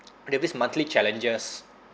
they have this monthly challenges